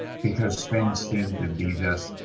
because things seem to be just